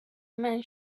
man